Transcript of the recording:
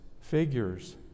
figures